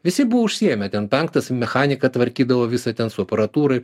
visi buvo užsiėmę ten penktas mechaniką tvarkydavo visą ten su aparatūra